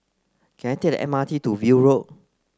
can I take the M R T to View Road